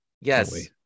Yes